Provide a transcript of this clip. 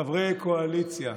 חברי הקואליציה,